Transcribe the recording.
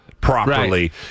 properly